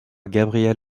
gabriel